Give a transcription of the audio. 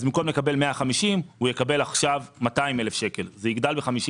במקום לקבל 150,000 שקל הם יקבלו עכשיו 200,000 שקל,